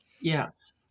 Yes